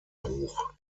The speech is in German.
hoch